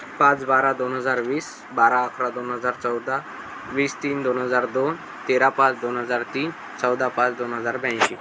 पाच बारा दोन हजार वीस बारा अकरा दोन हजार चौदा वीस तीन दोन हजार दोन तेरा पाच दोन हजार तीन चौदा पाच दोन हजार ब्याऐंशी